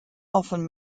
often